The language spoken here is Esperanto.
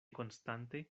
konstante